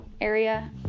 area